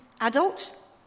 adult